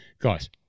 Guys